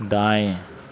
दाएं